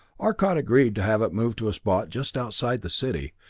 arcot agreed to have it moved to a spot just outside the city,